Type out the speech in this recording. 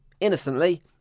innocently